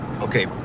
Okay